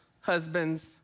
husbands